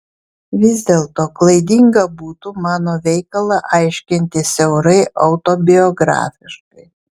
vis dėlto klaidinga būtų mano veikalą aiškinti siaurai autobiografiškai